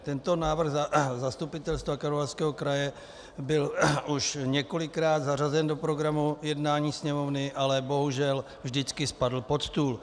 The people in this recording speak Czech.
Tento návrh zastupitelstva Karlovarského kraje byl už několikrát zařazen do programu jednání Sněmovny, ale bohužel vždycky spadl pod stůl.